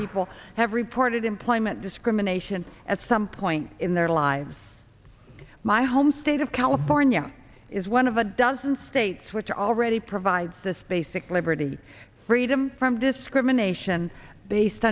people have reported employment discrimination at some point in their lives my home state of california is one of a dozen states which are already provides this basic liberty freedom from discrimination based